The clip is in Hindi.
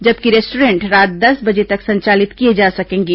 जबकि रेस्टॉरेंट रात दस बजे तक संचालित किए जा सकेंगे